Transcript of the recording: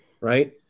Right